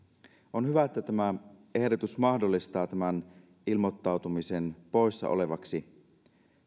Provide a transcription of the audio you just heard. on hyvä että tämä ehdotus mahdollistaa tämän ilmoittautumisen poissa olevaksi